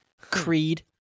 Creed